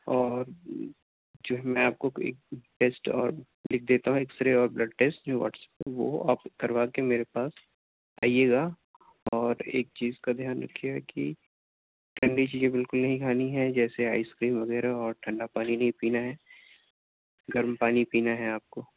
اور جو ہے میں آپ کو ایک ٹیسٹ اور لکھ دیتا ہوں ایکسرے اور بلڈ ٹیسٹ جو واٹس ایپ پر وہ آپ کروا کے میرے پاس آئیے گا اور ایک چیز کا دھیان رکھیے گا کہ ٹھنڈی چیزیں بالکل نہیں کھانی ہے جیسے آئس کریم وغیرہ اور ٹھنڈا پانی نہیں پینا ہے گرم پانی پینا ہے آپ کو